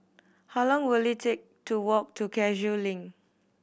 how long will it take to walk to Cashew Link